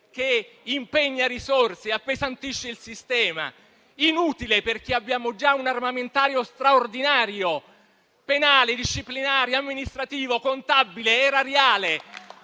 che impegna risorse, appesantisce il sistema ed è inutile perché abbiamo già un armamentario straordinario penale, disciplinare, amministrativo, contabile, erariale.